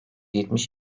yetmiş